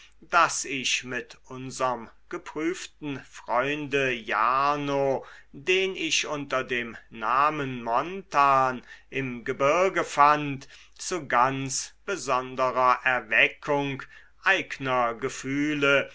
das ich mit unserem geprüften freunde jarno den ich unter dem namen montan im gebirge fand zu ganz besonderer erweckung eigner